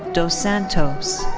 dos santos.